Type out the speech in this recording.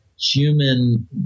human